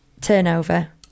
turnover